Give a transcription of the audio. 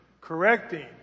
correcting